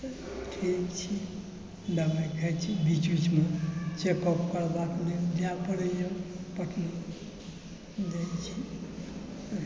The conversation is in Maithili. ठीक छी दबाइ खाइ छी बीच बीचमे चेकअप करबाक लेल जाइ पड़ैए पटना जाइ छी